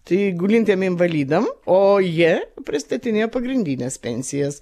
tai gulintiem invalidam o jie pristatinėja pagrindines pensijas